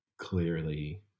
clearly